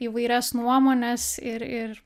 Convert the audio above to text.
įvairias nuomones ir ir